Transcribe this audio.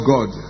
God